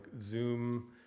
Zoom